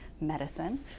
medicine